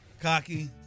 Cocky